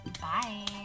Bye